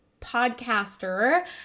podcaster